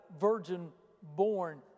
virgin-born